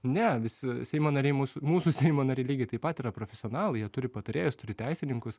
ne visi seimo nariai mūsų mūsų seimo nariai lygiai taip pat yra profesionalai jie turi patarėjus turi teisininkus